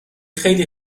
خیلی